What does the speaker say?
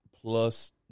plus